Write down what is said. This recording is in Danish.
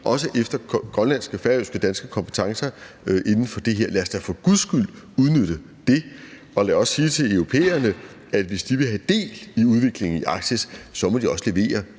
også efter grønlandske, færøske og danske kompetencer inden for det her. Lad os da for guds skyld udnytte det, og lad os sige til europæerne, at hvis de vil have del i udviklingen i Arktis, må de også levere